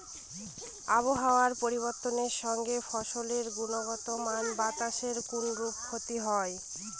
আবহাওয়ার পরিবর্তনের সঙ্গে ফসলের গুণগতমানের বাতাসের কোনরূপ ক্ষতি হয়?